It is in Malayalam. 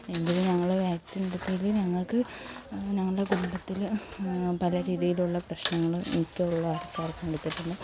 എങ്കിലും ഞങ്ങൾ വാക്സിനെടുത്തതിൽ ഞങ്ങൾക്ക് ഞങ്ങളുടെ കുടുംബത്തിൽ പല രീതിയിലുള്ള പ്രശ്നങ്ങൾ മിക്ക ഉള്ള ആൾക്കാർക്കും എടുത്തിട്ടുണ്ട്